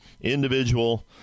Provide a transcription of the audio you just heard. individual